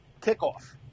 kickoff